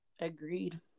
Agreed